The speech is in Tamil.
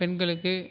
பெண்களுக்கு